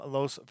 Los